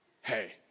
Hey